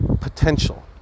potential